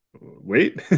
wait